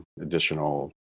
additional